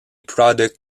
product